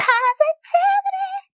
Positivity